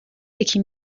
یکی